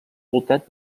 voltat